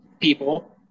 People